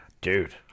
dude